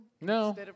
No